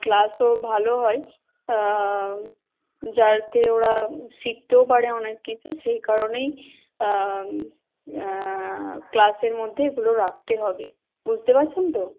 ক্লাসও ভালো হয় যাতে ওরা শিখতেও পারে অনেক কিছু সেই কারণেই ক্লাসের মধ্যে এগুলো রাখতে হবে বুঝতে পারছেন তো